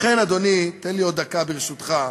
לכן, אדוני, תן לי עוד דקה, ברשותך.